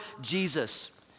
Jesus